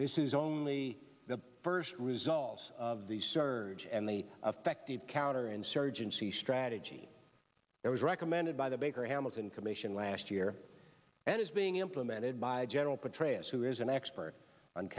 this is only the first results of the surge and the affected counterinsurgency strategy that was recommended by the baker hamilton commission last year and it's being implemented by general petraeus who is an expert on